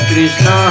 Krishna